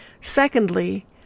Secondly